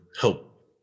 help